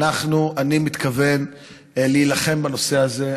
אני מתכוון להילחם בנושא הזה.